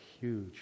huge